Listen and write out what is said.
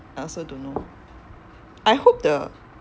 I also don't know I hope the